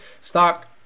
stock